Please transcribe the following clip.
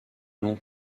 non